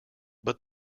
but